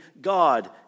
God